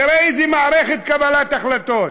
תראה איזו מערכת קבלת החלטות.